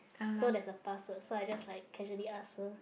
so there's a password so I just like casually ask her